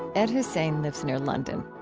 ed husain lives in london.